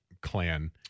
clan